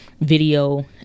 video